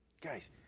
guys